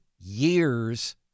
years